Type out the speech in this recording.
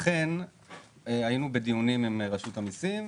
אכן היינו בדיונים עם רשות המסים,